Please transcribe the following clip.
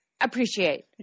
appreciate